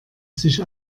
sich